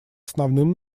основным